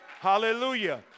Hallelujah